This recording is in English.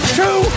two